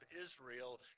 Israel